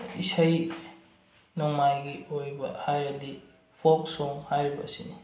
ꯏꯁꯩ ꯅꯣꯡꯃꯥꯏꯒꯤ ꯑꯣꯏꯕ ꯍꯥꯏꯔꯗꯤ ꯐꯣꯛ ꯁꯣꯡ ꯍꯥꯏꯔꯤꯕ ꯑꯁꯤꯅꯤ